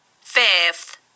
Fifth